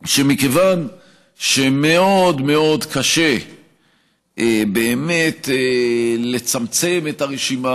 שמכיוון שמאוד מאוד קשה באמת לצמצם את הרשימה